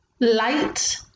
light